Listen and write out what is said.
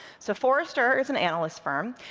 so forrester is an analyst firm,